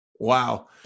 Wow